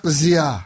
zia